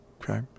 okay